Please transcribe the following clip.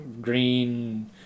green